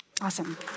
Awesome